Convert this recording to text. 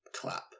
clap